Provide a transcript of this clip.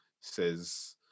says